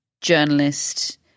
journalist